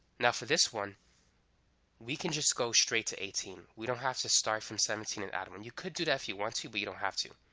now for this one we can just go straight to eighteen. we don't have to start from seventeen and add them. you could do that if you want to but you don't have to.